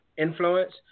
Influence